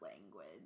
language